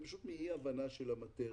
אלא מאי הבנה של המטריה.